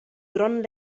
grond